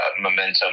momentum